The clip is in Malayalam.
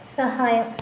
സഹായം